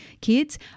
kids